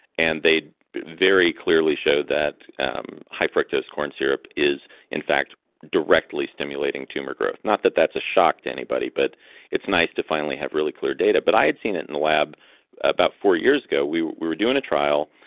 and they very clearly show that um high fructose corn syrup is in fact directly stimulating tumor growth. not that that's a shock to anybody, but it's nice to finally have really clear data. but i had seen it in a lab about four years ago we were doing a trial,